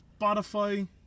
Spotify